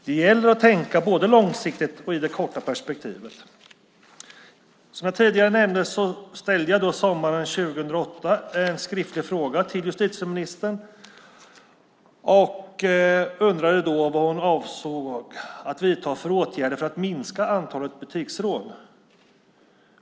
Det gäller att tänka både långsiktigt och i det korta perspektivet. Som jag tidigare nämnde ställde jag sommaren 2008 en skriftlig fråga till justitieministern och undrade vad hon avsåg att vidta för åtgärder för att minska antalet butiksrån.